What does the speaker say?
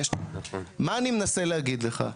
מה אני מנסה להגיד לך?